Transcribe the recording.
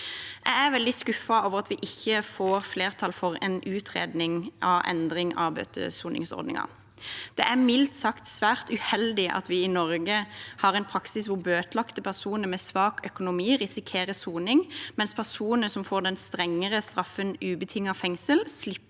Jeg er veldig skuffet over at vi ikke får flertall for en utredning av endring av bøtesoningsordningen. Det er mildt sagt svært uheldig at vi i Norge har en praksis hvor bøtelagte personer med svak økonomi risikerer soning, mens personer som får den strengere straffen ubetinget fengsel, slipper